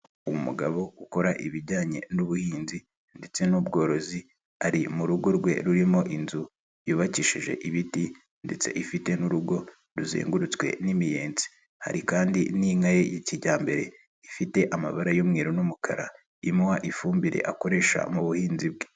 Umugabo ukora ibijyanye n'ubuhinzi ndetse n'ubworozi ari mu rugo rwe rurimo inzu yubakishije ibiti ndetse ifite n'urugo ruzengurutswe n'imiyenzi hari kandi n'inka ye y'ikijyambere ifite amabara y'umweru n'umukara imuha ifumbire akoresha mu buhinzi bwe.